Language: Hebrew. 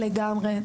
לגמרי,